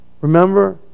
remember